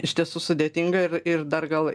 iš tiesų sudėtinga ir ir dar gal